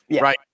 right